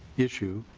issue.